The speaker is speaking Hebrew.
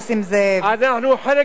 אנחנו חלק מהקואליציה,